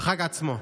בחג עצמו,